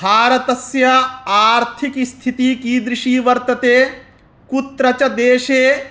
भारतस्य आर्थिकी स्थितिः कीदृशी वर्तते कुत्र च देशे